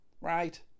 Right